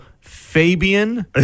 Fabian